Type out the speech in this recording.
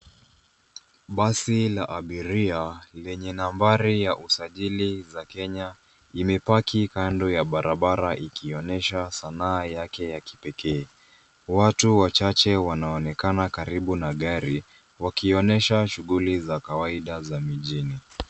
Basi la abiria lenye nambari ya usajili za Kenya imepaki kando ya barabara ikionyesha sanaa yake ya kipekee. Watu wachache wanaonekana karibu na gari wakionyesha shughuli za kawaida za mijini.